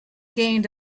gained